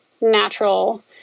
natural